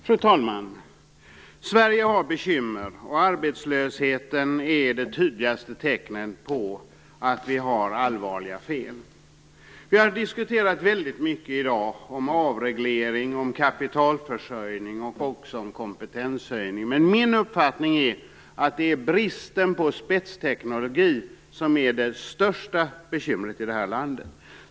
Fru talman! Sverige har bekymmer. Arbetslösheten är det tydligaste tecknet på att vi har allvarliga fel. Vi har i dag diskuterat väldigt mycket om avreglering, om kapitalförsörjning och också om kompetenshöjning. Men min uppfattning är att det är bristen på spetsteknologi som är det största bekymret i det här landet.